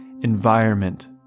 environment